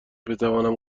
بتوانم